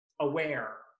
aware